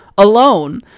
alone